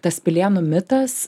tas pilėnų mitas